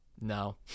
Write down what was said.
No